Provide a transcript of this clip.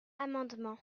amendement